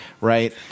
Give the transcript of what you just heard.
right